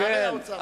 "ילדי האוצר".